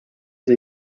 see